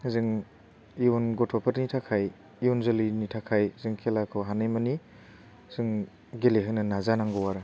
जों इयुन गथ'फोरनि थाखाय इयुन जोलैनि थाखाय जों खेलाखौ हानायमानि जों गेलेहोनो नाजानांगौ आरो